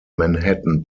manhattan